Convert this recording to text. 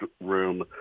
room